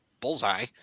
Bullseye